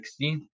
60